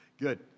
Good